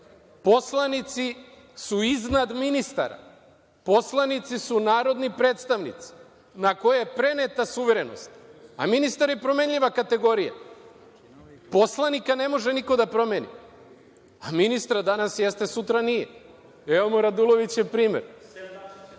shvatate. Poslanici su iznad ministara. Poslanici su narodni predstavnici, na koje je preneta suverenost, a ministar je promenljiva kategorija. Poslanika ne može niko da promeni, a ministra danas jeste, sutra nije. Evo vam Radulovićev primer,